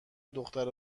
دختر